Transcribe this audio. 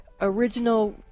original